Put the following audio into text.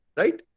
right